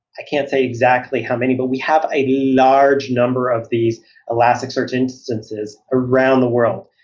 i can't say exactly how many, but we have a large number of these elasticsearch instances around the world.